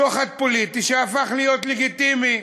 שוחד פוליטי שהפך להיות לגיטימי.